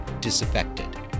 disaffected